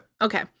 Okay